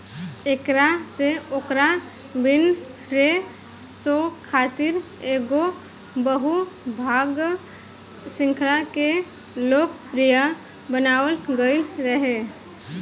एकरा से ओकरा विनफ़्रे शो खातिर एगो बहु भाग श्रृंखला के लोकप्रिय बनावल गईल रहे